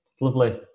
lovely